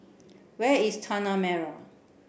where is Tanah Merah